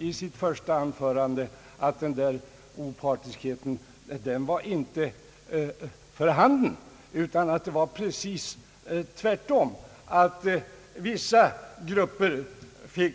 I sitt första anförande konstaterade han att det inte fanns någon sådan opartiskhet, utan det förhöll sig precis tvärtom: vissa grupper fick